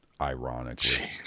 ironically